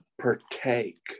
partake